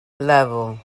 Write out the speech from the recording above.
level